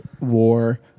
war